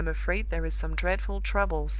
i am afraid there is some dreadful trouble, sir,